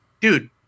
dude